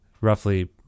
roughly